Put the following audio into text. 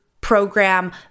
program